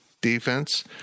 defense